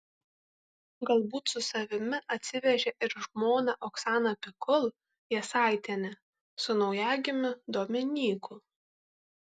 galbūt su savimi atsivežė ir žmoną oksaną pikul jasaitienę su naujagimiu dominyku